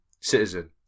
citizen